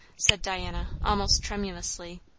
said diana, almost tremulously,